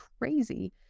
Crazy